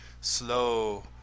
slow